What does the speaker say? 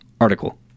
article